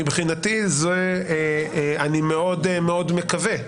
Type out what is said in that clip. ומבחינתי אני מאוד מאוד מקווה,